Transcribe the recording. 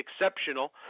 exceptional